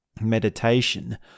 meditation